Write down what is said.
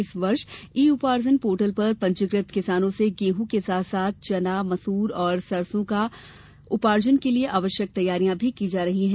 इस वर्ष e Uparjan portal पर पंजीकृत किसानों से गेहूँ के साथ साथ चना मसूर और सरसों उपार्जन के लिये आवश्यक तैयारियाँ भी की जा रही है